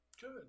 Good